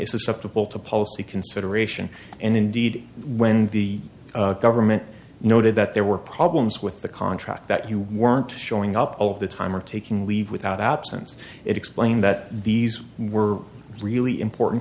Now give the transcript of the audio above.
susceptible to policy consideration and indeed when the government noted that there were problems with the contract that you weren't showing up all of the time or taking leave without absence explained that these were really important